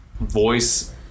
voice